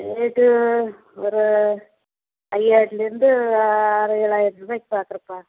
rate ஒரு ஐயாயிரத்துலேருந்து ஆறு ஏழாயிரருபாய்க்கு காட்டுப்பா